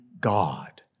God